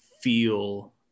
feel